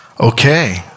Okay